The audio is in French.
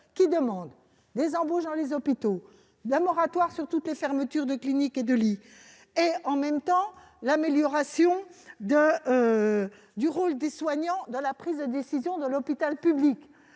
-pour des embauches dans les hôpitaux, un moratoire sur toutes les fermetures de cliniques et de lits et, en même temps, l'amélioration du rôle des soignants dans la prise de décision de l'hôpital public,